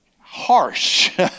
harsh